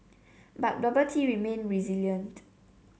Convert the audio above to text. but bubble tea remained resilient